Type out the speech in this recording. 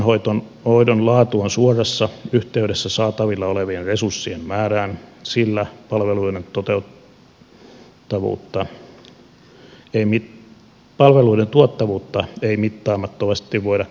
vanhustenhoidon laatu on suorassa yhteydessä saatavilla olevien resurssien määrään sillä palveluiden tuottavuutta ei mittaamattomasti voi kehittää